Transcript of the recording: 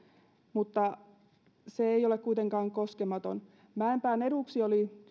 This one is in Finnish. mutta se ei ole kuitenkaan koskematon mäenpään eduksi